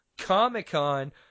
comic-con